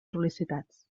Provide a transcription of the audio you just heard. sol·licitats